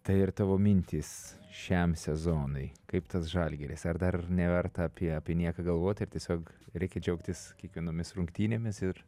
tai ir tavo mintys šiam sezonui kaip tas žalgiris ar dar neverta apie apie nieką galvot ir tiesiog reikia džiaugtis kiekvienomis rungtynėmis ir